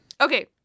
Okay